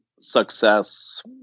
success